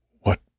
What